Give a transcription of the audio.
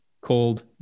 called